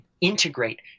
integrate